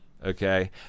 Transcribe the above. okay